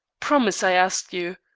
promise, i ask you.